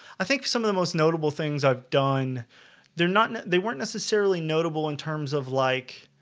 i think some of the most notable things i've done they're not they weren't necessarily notable in terms of like